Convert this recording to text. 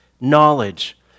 knowledge